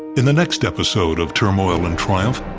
in the next episode of turmoil and triumph,